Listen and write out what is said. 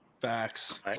Facts